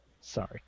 Sorry